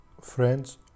friends